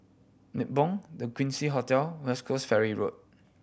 Nibong The Quincy Hotel West Coast Ferry Road